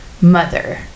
mother